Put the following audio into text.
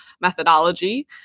methodology